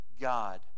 god